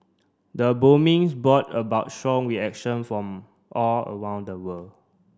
the bombings brought about strong reaction from all around the world